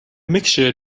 mixture